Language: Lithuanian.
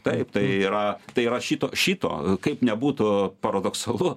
taip tai yra tai yra šito šito kaip nebūtų paradoksalu